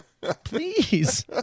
Please